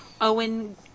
Owen